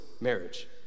marriage